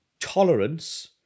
Tolerance